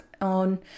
on